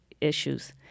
issues